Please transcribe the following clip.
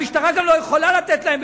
המשטרה גם לא יכולה לתת להם,